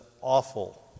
awful